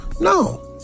no